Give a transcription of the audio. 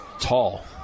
Tall